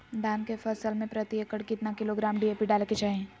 धान के फसल में प्रति एकड़ कितना किलोग्राम डी.ए.पी डाले के चाहिए?